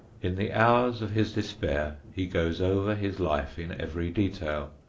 in the hours of his despair he goes over his life in every detail,